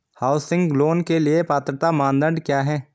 Housing loan के लिए पात्रता मानदंड क्या हैं?